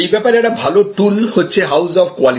এ ব্যাপারে একটা ভালো টুল হচ্ছে হাউস অফ কোয়ালিটি